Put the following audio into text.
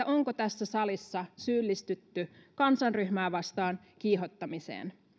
onko tässä salissa syyllistytty kansanryhmää vastaan kiihottamiseen